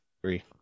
three